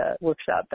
workshop